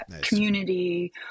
community